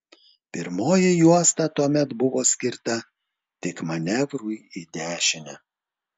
pirmoji juosta tuomet buvo skirta tik manevrui į dešinę